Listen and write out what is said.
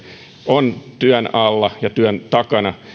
on työn alla ja työn takana